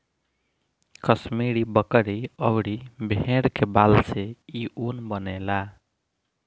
कश्मीरी बकरी अउरी भेड़ के बाल से इ ऊन बनेला